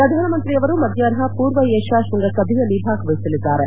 ಪ್ರಧಾನಮಂತ್ರಿಯವರು ಮಧ್ಯಾಹ್ನ ಪೂರ್ವ ಏಷ್ಯಾ ಶೃಂಗಸಭೆಯಲ್ಲಿ ಭಾಗವಹಿಸಲಿದ್ದಾರೆ